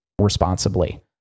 responsibly